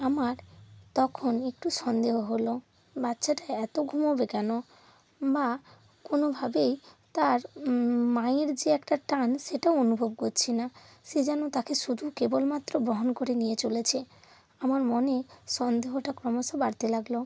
আমার তখন একটু সন্দেহ হলো বাচ্চাটা এত ঘুমোবে কেন মা কোনোভাবেই তার মায়ের যে একটা টান সেটাও অনুভব করছি না সে যেন তাকে শুধু কেবলমাত্র বহন করে নিয়ে চলেছে আমার মনে সন্দেহটা ক্রমশ বাড়তে লাগল